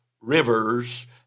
rivers